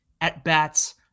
at-bats